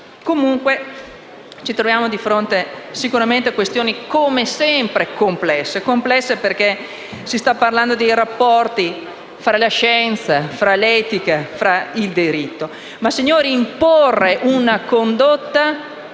Comunque ci troviamo sicuramente di fronte a questioni come sempre complesse, perché si sta parlando dei rapporti tra la scienza, l'etica, il diritto. Ma signori, imporre una condotta,